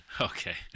okay